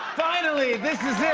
finally! this is